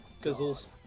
Fizzles